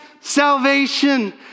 salvation